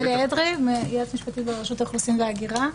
אני יועצת משפטית ברשות האוכלוסין וההגירה.